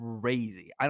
crazy